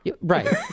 Right